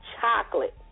Chocolate